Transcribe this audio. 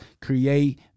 create